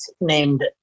named